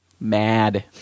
mad